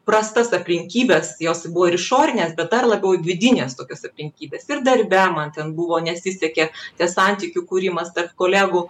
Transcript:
prastas aplinkybes jos buvo ir išorinės bet dar labiau vidinės tokios aplinkybės ir darbe man ten buvo nesisekė nes santykių kūrimas tarp kolegų